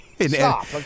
Stop